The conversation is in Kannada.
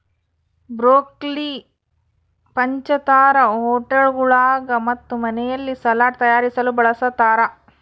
ಬ್ರೊಕೊಲಿ ಪಂಚತಾರಾ ಹೋಟೆಳ್ಗುಳಾಗ ಮತ್ತು ಮನೆಯಲ್ಲಿ ಸಲಾಡ್ ತಯಾರಿಸಲು ಬಳಸತಾರ